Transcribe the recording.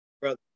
brother